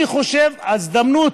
אני חושב שזו הזדמנות